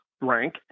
rank